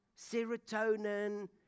serotonin